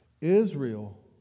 Israel